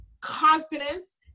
confidence